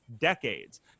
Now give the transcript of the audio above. decades